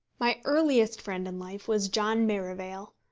my earliest friend in life was john merivale,